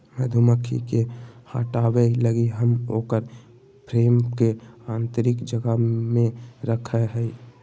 मधुमक्खी के हटाबय लगी हम उकर फ्रेम के आतंरिक जगह में रखैय हइ